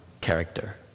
character